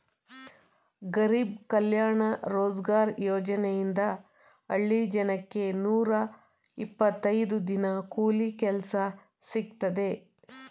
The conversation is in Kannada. ಗರಿಬ್ ಕಲ್ಯಾಣ ರೋಜ್ಗಾರ್ ಯೋಜನೆಯಿಂದ ಹಳ್ಳಿ ಜನಕ್ಕೆ ನೂರ ಇಪ್ಪತ್ತೈದು ದಿನ ಕೂಲಿ ಕೆಲ್ಸ ಸಿಕ್ತಿದೆ